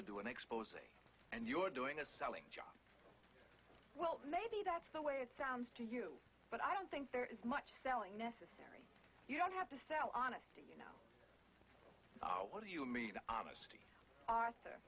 to do an expos and you're doing a selling job well maybe that's the way it sounds to you but i don't think there is much selling necessary you don't have to sell honestly you know what do you mean honestly arthur